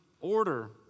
order